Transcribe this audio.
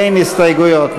אין הסתייגויות.